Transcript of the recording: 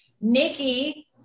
nikki